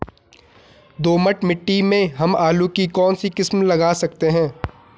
दोमट मिट्टी में हम आलू की कौन सी किस्म लगा सकते हैं?